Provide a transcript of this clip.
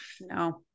no